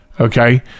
Okay